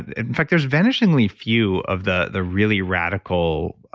in fact, there's vanishingly few of the the really radical